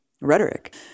rhetoric